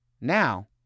Now